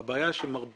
לכן הבעיה שמרבית